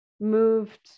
moved